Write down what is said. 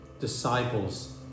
disciples